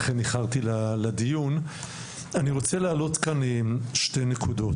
אני רוצה להעלות כאן שתי נקודות.